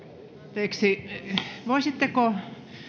anteeksi voisitteko